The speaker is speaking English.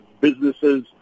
businesses